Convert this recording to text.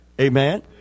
Amen